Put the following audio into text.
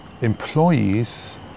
employees